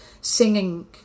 singing